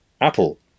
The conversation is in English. Apple